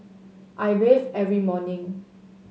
I bathe every morning